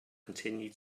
continue